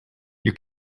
you